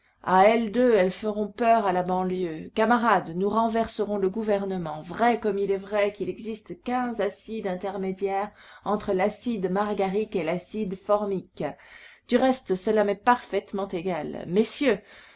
à elles deux elles feront peur à la banlieue camarades nous renverserons le gouvernement vrai comme il est vrai qu'il existe quinze acides intermédiaires entre l'acide margarique et l'acide formique du reste cela m'est parfaitement égal messieurs